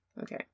okay